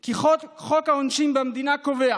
כי חוק העונשין במדינה קובע